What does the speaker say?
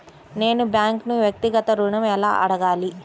నేను బ్యాంక్ను వ్యక్తిగత ఋణం ఎలా అడగాలి?